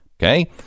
Okay